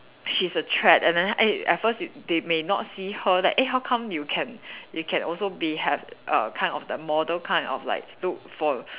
she's a threat and then eh at first they may not see her like eh how come you can you can also be have err kind of the model kind of like look for